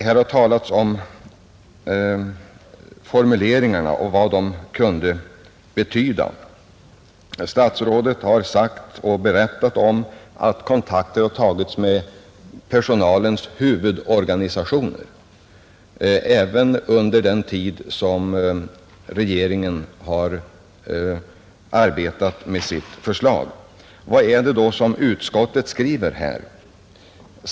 Här har talats om formuleringarna i utskottsbetänkandet och vad de kan betyda, Statsrådet har berättat att kontakter har tagits med personalens huvudorganisationer även under den tid som regeringen har arbetat med sitt förslag. Vad är det då som utskottet har skrivit härvidlag?